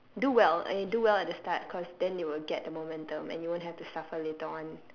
do well eh do well at the start cause then you will get the momentum and you won't have to suffer later on